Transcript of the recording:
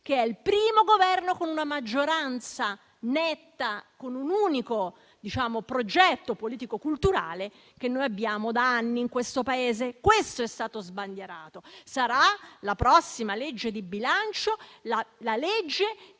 che è il primo con una maggioranza netta, con un unico progetto politico-culturale che noi abbiamo da anni nel nostro Paese. Questo è stato sbandierato: la prossima legge di bilancio darà